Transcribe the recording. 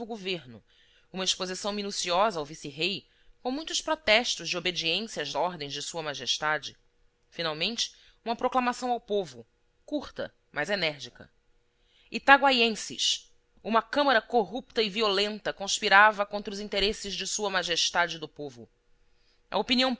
governo uma exposição minuciosa ao vice-rei com muitos protestos de obediência às ordens de sua majestade finalmente uma proclamação ao povo curta mas enérgica itaguaienses uma câmara corrupta e violenta conspirava contra os interesses de sua majestade e do povo a opinião